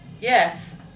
Yes